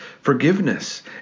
forgiveness